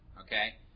Okay